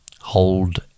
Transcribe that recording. Hold